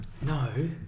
No